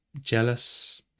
jealous